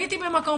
הייתי במקום.